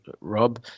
Rob